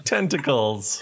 Tentacles